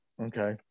okay